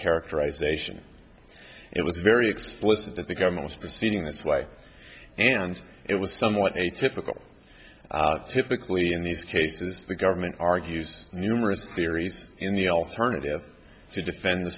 characterization it was very explicit that the government was proceeding this way and it was somewhat atypical typically in these cases the government argues numerous theories in the alternative to defend the